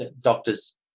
doctors